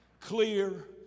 clear